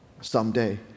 someday